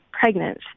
pregnant